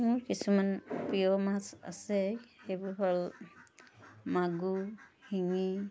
মোৰ কিছুমান প্ৰিয় মাছ আছে সেইবোৰ হ'ল মাগুৰ শিঙি